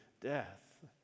death